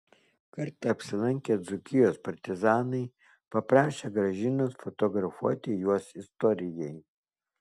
kartą apsilankę dzūkijos partizanai paprašę gražinos fotografuoti juos istorijai